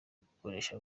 gukoresha